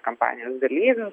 kampanijos dalyvius